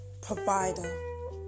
provider